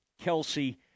Kelsey